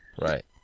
right